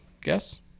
guess